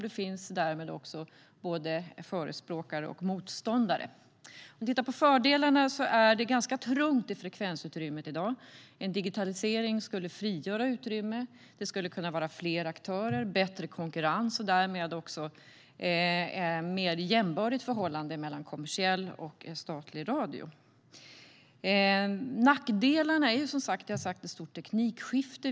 Det finns därmed också både förespråkare och motståndare. Om vi tittar på fördelarna ser vi att det är ganska trångt i frekvensutrymmet i dag. En digitalisering skulle frigöra utrymme. Det skulle kunna vara fler aktörer, bättre konkurrens och därmed också ett mer jämbördigt förhållande mellan kommersiell och statlig radio. Nackdelarna har att göra med att det är ett stort teknikskifte.